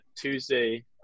tuesday